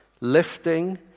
lifting